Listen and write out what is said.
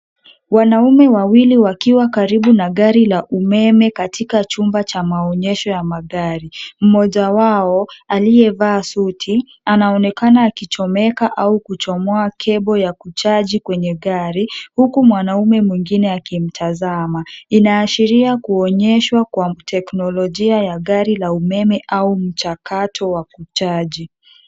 Wanaume wawili wakiwa karibu na gari la umeme katika chumba cha maonyesho ya magari. Mmoja wao, aliyevaa suti, anaonekana akichomeka au kuchomoa kebo ya kuchaji kwenye gari, huku mwanaume mwingine akimtazama. Inaashiria kuonyeshwa kuwa an teknolojia ya gari la umeme au mchakato wa kuchaji.